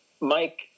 Mike